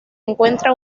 encuentra